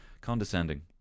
condescending